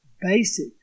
basic